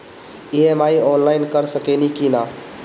EMI online कर सकेनी की ना?